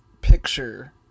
picture